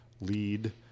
lead